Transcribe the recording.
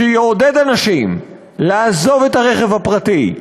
שיעודד אנשים לעזוב את הרכב הפרטי,